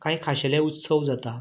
खांय खाशेले उत्सव जाता